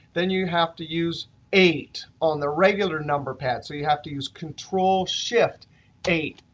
then you have to use eight on the regular number pad. so you have to use control shift eight.